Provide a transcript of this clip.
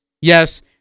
Yes